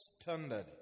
standard